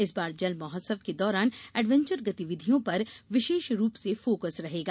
इस बार जल महोत्सव के दौरान एडवेंचर गतिविधियों पर विशेष रूप से फोकस रहेगा